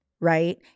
right